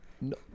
no